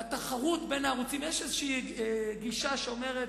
והתחרות בין הערוצים, יש גישה שאומרת,